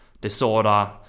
disorder